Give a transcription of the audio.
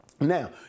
Now